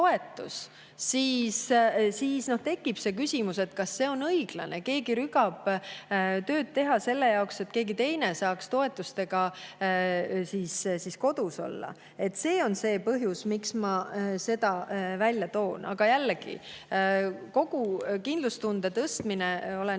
siis tekib küsimus, kas see on õiglane, kui keegi rügab tööd teha selle jaoks, et keegi teine saaks toetusi saades kodus olla. See on see põhjus, miks ma seda välja toon. Aga jällegi: kindlustundel, olen